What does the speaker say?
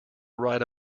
ride